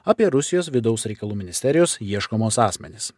apie rusijos vidaus reikalų ministerijos ieškomus asmenis